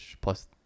Plus